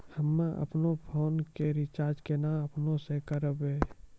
हम्मे आपनौ फोन के रीचार्ज केना आपनौ से करवै?